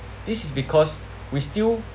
this is because we still